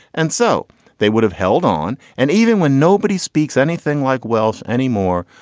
and so they would have held on. and even when nobody speaks anything like welsh anymore,